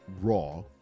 Raw